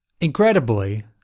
incredibly